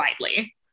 widely